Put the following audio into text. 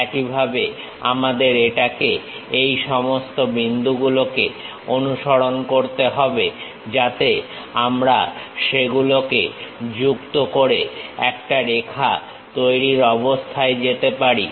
একইভাবে আমাদের এটাকে এই সমস্ত বিন্দুগুলোকে অনুসরণ করতে হবে যাতে আমরা সেগুলো কে যুক্ত করে একটা রেখা তৈরীর অবস্থায় যেতে পারি